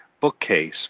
bookcase